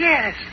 Yes